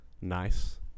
Nice